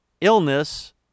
illness